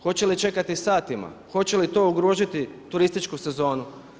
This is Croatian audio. Hoće li čekati satima, hoće li to ugroziti turističku sezonu?